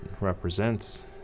represents